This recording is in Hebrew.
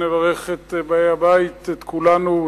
נברך את באי הבית ואת כולנו,